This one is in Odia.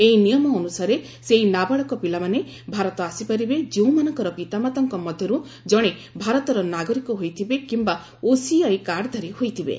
ଏହି ନିୟମ ଅନୁସାରେ ସେହି ନାବାଳକ ପିଲାମାନେ ଭାରତ ଆସିପାରିବେ ଯେଉଁମାନଙ୍କର ପିତାମାତାଙ୍କ ମଧ୍ୟରୁ ଜଣେ ଭାରତର ନାଗରିକ ହୋଇଥିବେ କିମ୍ବା ଓସିଆଇ କାର୍ଡଧାରୀ ହୋଇଥିବେ